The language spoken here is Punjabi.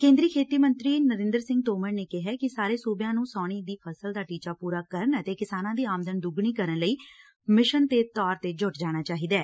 ਕੇਂਦਰੀ ਖੇਤੀ ਮੰਤਰੀ ਨਰਿੰਦਰ ਸਿੰਘ ਤੋਮਰ ਨੇ ਕਿਹਾ ਕਿ ਸਾਰੇ ਸੁਬਿਆਂ ਨੂੰ ਸਾਉਣੀ ਦੀ ਫ਼ਸਲ ਦਾ ਟੀਚਾ ਪੂਰਾ ਕਰਨ ਅਤੇ ਕਿਸਾਨਾਂ ਦੀ ਆਮਦਨ ਦੁਗਣੀ ਕਰਨ ਲਈ ਮਿਸ਼ਨ ਦੇ ਤੌਰ ਤੇ ਜੁਟ ਜਾਣਾ ਚਾਹੀਦਾ ਐ